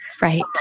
Right